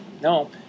No